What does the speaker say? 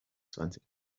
zwanzig